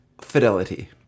fidelity